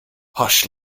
hush